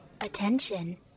Attention